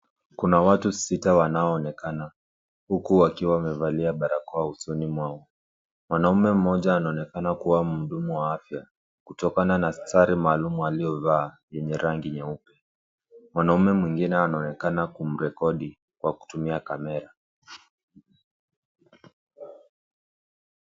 Kuna watu sita wanao onekana huku wakiwa wamevalia barakoa usoni mwao. Mwanamme mmoja anaonekana kuwa mhudumu wa afya kutokana na sare maalum aliovaa yenye rangi nyeupe. Mwanamme mwengine anaonekana kumrekodi kwa kutumia kamera